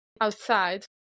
outside